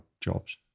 jobs